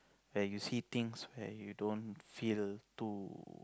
where you see things where you don't feel to